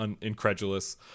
incredulous